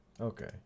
Okay